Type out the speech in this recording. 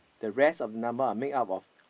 the rest of number are make up of